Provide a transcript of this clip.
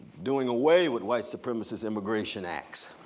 doing away with white supremacist immigration acts.